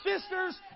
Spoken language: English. sisters